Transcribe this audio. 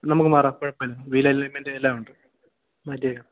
നമുക്ക് മാറാം കുഴപ്പമില്ല വീലലെയ്ന്മെന്റ് എല്ലാം ഉണ്ട് മറ്റേ